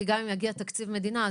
כי גם אם יגיע תקציב מדינה,